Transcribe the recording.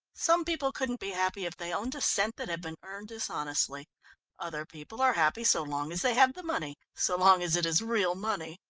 some people couldn't be happy if they owned a cent that had been earned dishonestly other people are happy so long as they have the money so long as it is real money.